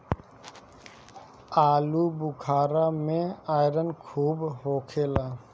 आलूबुखारा में आयरन खूब होखेला